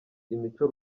imico